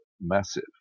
massive